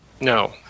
No